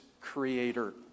creator